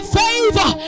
favor